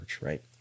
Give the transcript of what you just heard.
right